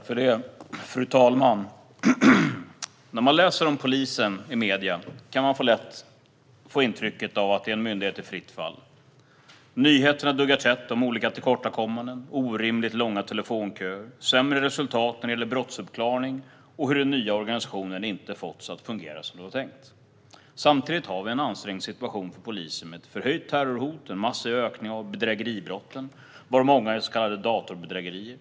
Fru talman! När man läser om polisen i medier kan man lätt få intrycket av att det är en myndighet i fritt fall. Nyheterna duggar tätt om olika tillkortakommanden, orimligt långa telefonköer, sämre resultat när det gäller brottsuppklarning och hur den nya organisationen inte fåtts att fungera som det var tänkt. Samtidigt har vi en ansträngd situation för polisen med ett förhöjt terrorhot, en massiv ökning av bedrägeribrotten, varav många är så kallade datorbedrägerier.